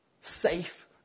safe